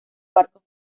barcos